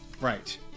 Right